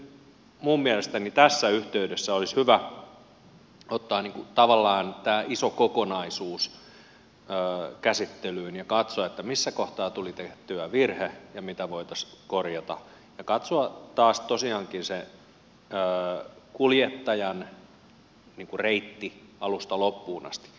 eli nyt minun mielestäni tässä yhteydessä olisi hyvä ottaa tavallaan tämä iso kokonaisuus käsittelyyn ja katsoa missä kohtaa tuli tehtyä virhe ja mitä voitaisiin korjata ja katsoa taas tosiaankin se kuljettajan reitti alusta loppuun asti